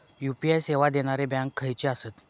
UPI सेवा देणारे bank खयचे आसत?